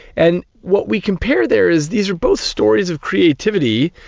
and what we compare there is these are both stories of creativity,